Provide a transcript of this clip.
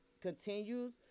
continues